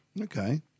Okay